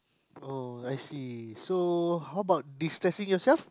oh I see so how about de stressing yourself